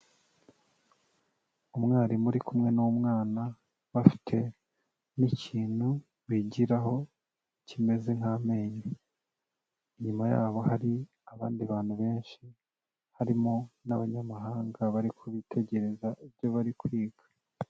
Umwarimu uri kumwe n'umwana, bafite n'ikintu bigiraho kimeze nk'amenyo. Inyuma yabo hari abandi bantu benshi, harimo n'Abanyamahanga bari kubitegereza ibyo bari kwiga.